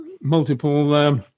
multiple